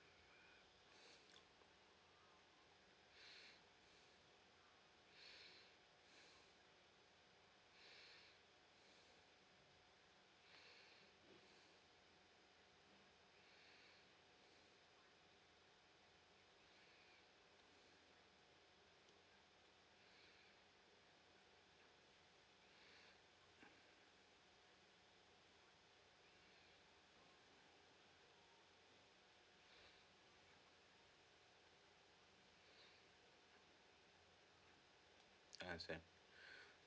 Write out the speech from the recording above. uh understand